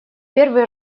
первый